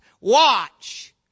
Watch